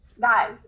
guys